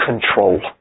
control